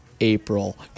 april